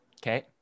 Okay